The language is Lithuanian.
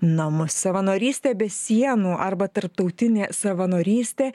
namus savanorystė be sienų arba tarptautinė savanorystė